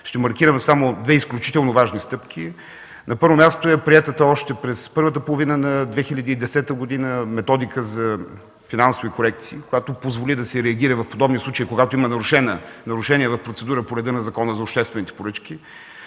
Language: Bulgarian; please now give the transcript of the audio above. Ще маркирам само две изключително важни стъпки. На първо място е приетата още през първата половина на 2010 г. Методика за финансови корекции, която позволи да се реагира в подобни случаи, когато има нарушения в процедура по реда на Закона за обществените поръчки.